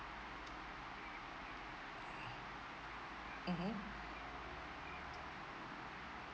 mmhmm